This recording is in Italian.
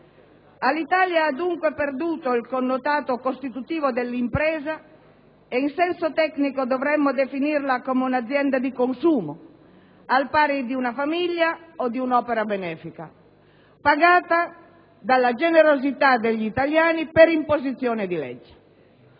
Alitalia ha dunque perduto il connotato costitutivo dell'impresa; in senso tecnico, dovremmo definirla come un'azienda di consumo, al pari di una famiglia o di un'opera benefica, pagata dalla generosità degli italiani per imposizione di leggi.